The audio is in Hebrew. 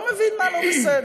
לא מבין מה לא בסדר,